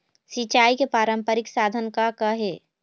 सिचाई के पारंपरिक साधन का का हे?